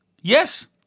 Yes